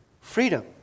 freedom